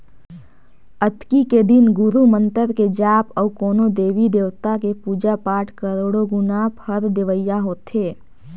अक्ती के दिन गुरू मंतर के जाप अउ कोनो देवी देवता के पुजा पाठ करोड़ो गुना फर देवइया होथे